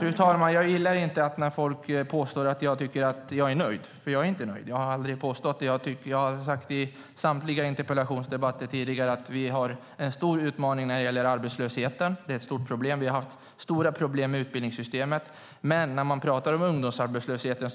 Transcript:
Fru talman! Jag gillar inte när folk påstår att jag är nöjd, för jag är inte nöjd. Jag har aldrig påstått det. Jag har sagt i samtliga interpellationsdebatter tidigare att vi har en stor utmaning när det gäller arbetslösheten. Det är ett stort problem. Vi har också haft stora problem med utbildningssystemet. Man pratar om ungdomsarbetslösheten.